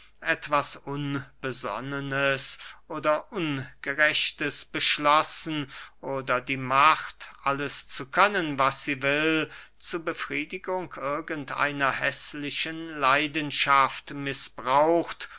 etwas unbesonnenes oder ungerechtes beschlossen oder die macht alles zu können was sie will zu befriedigung irgend einer häßlichen leidenschaft mißbraucht